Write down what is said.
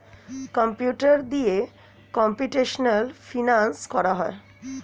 computer দিয়ে computational finance করা হয়